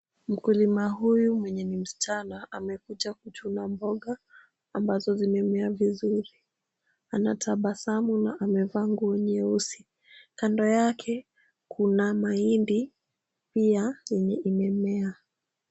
Mkulima huyu mwenye ni msichana amekuja kuchuna mboga ambazo zimemea vizuri. Anatabasamu na amevaa nguo nyeusi. Kando yake kuna mahindi pia yenye imemea.